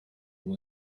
will